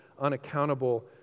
unaccountable